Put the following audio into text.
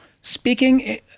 speaking